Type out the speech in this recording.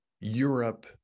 Europe